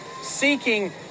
seeking